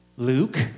Luke